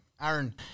Aaron